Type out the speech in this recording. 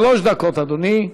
שלוש דקות, אדוני.